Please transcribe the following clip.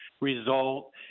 result